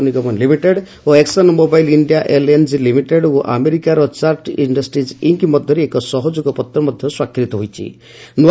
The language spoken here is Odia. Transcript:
ଭାରତୀୟ ତେିଳ ନିଗମ ଲିମିଟେଡ ଓ Exxon Mobil India LNG limited ଓ ଆମେରିକାର ଚାର୍ଟ ଇଣ୍ଡିଷ୍ଟ୍ରିଜ୍ ଇଙ୍କ ମଧ୍ୟରେ ଏକ ସହଯୋଗ ପତ୍ର ମଧ୍ୟ ସ୍ୱାକ୍ଷରିତ ହୋଇଛି